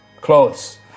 clothes